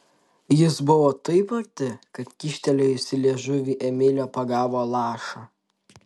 jis buvo taip arti kad kyštelėjusi liežuvį emilė pagavo lašą